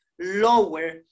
lower